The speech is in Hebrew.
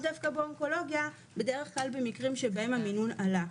דווקא באונקולוגיה בדרך כלל במקרים שבהם המינון עלה.